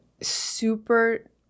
super